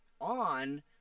on